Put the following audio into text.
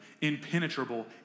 impenetrable